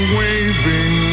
waving